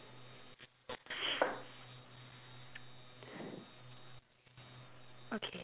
okay